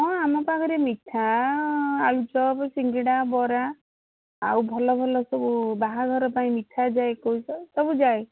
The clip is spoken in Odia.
ହଁ ଆମ ପାଖରେ ମିଠା ଆଳୁଚପ୍ ସିଙ୍ଗିଡ଼ା ବରା ଆଉ ଭଲ ଭଲ ସବୁ ବାହାଘର ପାଇଁ ମିଠା ଯାଏ ଏକୋଇଶିଆ ସବୁ ଯାଏ